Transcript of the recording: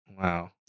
Wow